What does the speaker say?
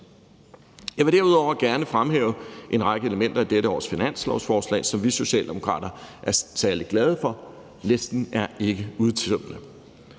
Jeg vil derudover gerne fremhæve en række elementer i dette års finanslovsforslag, som vi Socialdemokrater er særlig glade for, og listen er ikke udtømmende.